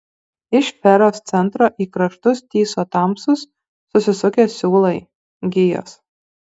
iš sferos centro į kraštus tįso tamsūs susisukę siūlai gijos